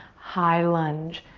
high lunge.